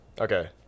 Okay